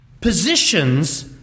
positions